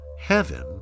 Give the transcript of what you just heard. Heaven